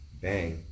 bang